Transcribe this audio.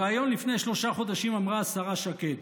בריאיון לפני שלושה חודשים אמרה השרה שקד: